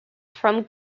from